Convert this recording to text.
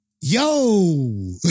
Yo